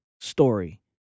story